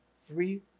three